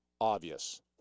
obvious